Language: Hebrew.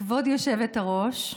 כבוד היושבת-ראש,